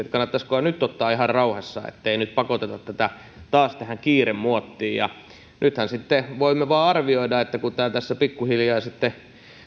kannattaisikohan nyt ottaa ihan rauhassa ettei nyt pakoteta tätä taas tähän kiiremuottiin nythän sitten voimme vain arvioida että kun tämä tässä pikkuhiljaa sitten